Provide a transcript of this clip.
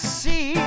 see